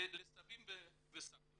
לסבים ולסבתות.